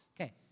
Okay